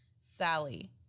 Sally